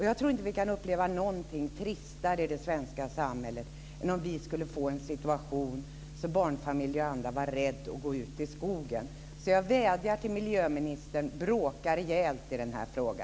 Jag tror inte att vi kan uppleva någonting tristare i det svenska samhället än om vi skulle få en situation där barnfamiljer och andra var rädda för att gå ut i skogen. Jag vädjar till miljöministern: Bråka rejält i denna fråga!